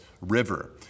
river